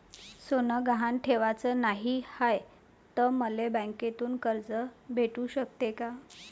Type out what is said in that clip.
सोनं गहान ठेवाच नाही हाय, त मले बँकेतून कर्ज भेटू शकते का?